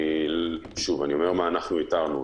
אני אומר מה התרנו.